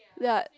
ya